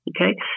Okay